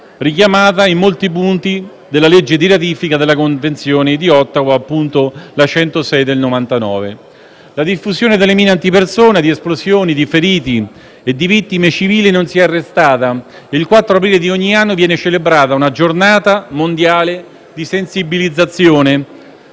richiamata in molti punti della legge n. 106 del 1999, di ratifica della Convenzione di Ottawa. La diffusione delle mine antipersona, di esplosioni, di feriti e di vittime civili non si è arrestata; il 4 aprile di ogni anno viene celebrata una giornata mondiale di sensibilizzazione